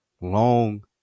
long